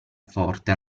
forte